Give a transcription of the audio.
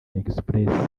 express